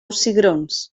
cigrons